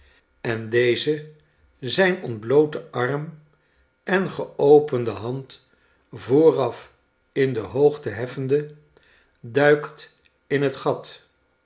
en deze zijn ontblooten arm en geopende hand vooraf in de hoogte heffende duikt in het gat